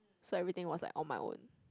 so everything was like on my own